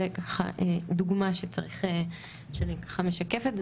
זה דוגמה שאני ככה משקפת,